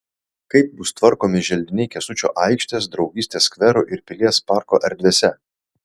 kaip bus tvarkomi želdiniai kęstučio aikštės draugystės skvero ir pilies parko erdvėse